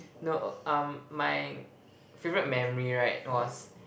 no um my favourite memory right was